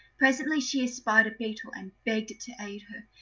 presently she espied a beetle, and begged it to aid her.